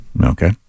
Okay